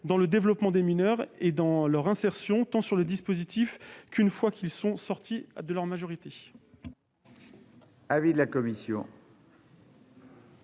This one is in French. dans le développement des mineurs et dans leur insertion, tant dans le dispositif qu'une fois qu'ils en sont sortis à leur majorité.